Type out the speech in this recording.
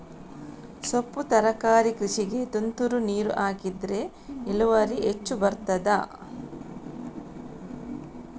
ಸೊಪ್ಪು ತರಕಾರಿ ಕೃಷಿಗೆ ತುಂತುರು ನೀರು ಹಾಕಿದ್ರೆ ಇಳುವರಿ ಹೆಚ್ಚು ಬರ್ತದ?